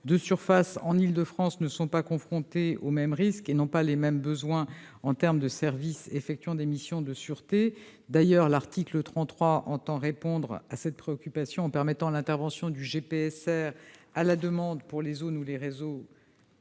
de surface en Île-de-France ne sont pas confrontés aux mêmes risques et n'ont pas les mêmes besoins en termes de services effectuant des missions de sûreté. D'ailleurs, l'article 33 entend répondre à cette préoccupation en permettant l'intervention des agents du GPSR à la demande pour les zones ou les réseaux